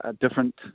different